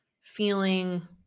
feeling